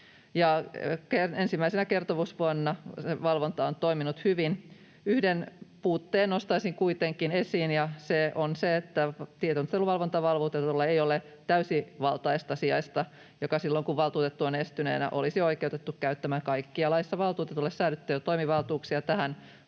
ensimmäisenä kertomusvuonna valvonta on toiminut hyvin. Yhden puutteen nostaisin kuitenkin esiin, ja se on se, että tiedusteluvalvontavaltuutetulla ei ole täysivaltaista sijaista, joka silloin, kun valtuutettu on estyneenä, olisi oikeutettu käyttämään kaikkia laissa valtuutetulle säädettyjä toimivaltuuksia. Tässä